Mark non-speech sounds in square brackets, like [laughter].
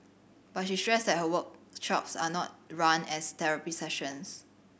but she stressed that her work [unintelligible] are not run as therapy sessions